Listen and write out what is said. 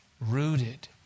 rooted